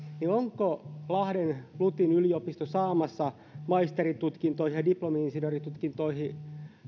niin onko lahden lut yliopisto saamassa maisteritutkintoihin ja diplomi insinööritutkintoihin